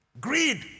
Greed